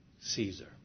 Caesar